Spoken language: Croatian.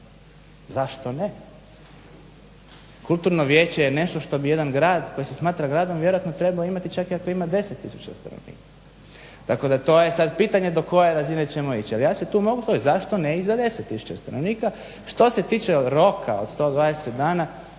Zašto ne. Kulturno vijeće je nešto što bi jedan grad koji se smatra gradom vjerojatno trebao imati čak i ako ima 10 tisuća stanovnika. Tako da je to pitanje do koje razine ćemo ići. Ali ja se tu mogu složiti, zašto ne i za 10 tisuća stanovnika. Što se tiče roka od 120 dana